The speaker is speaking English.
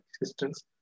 existence